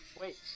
Wait